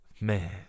man